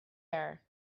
air